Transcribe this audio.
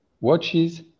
watches